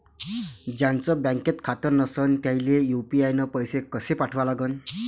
ज्याचं बँकेत खातं नसणं त्याईले यू.पी.आय न पैसे कसे पाठवा लागन?